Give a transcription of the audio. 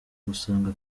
gusenga